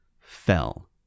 fell